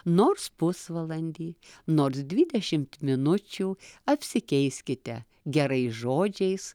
nors pusvalandį nors dvidešimt minučių apsikeiskite gerais žodžiais